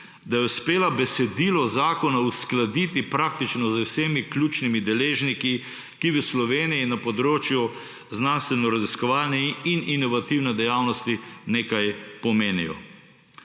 da je uspela besedilo zakona uskladiti praktično z vsemi ključnimi deležniki, ki v Sloveniji na področju znanstvenoraziskovalne in inovativne dejavnosti nekaj pomenijo.